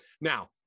now